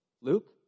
Luke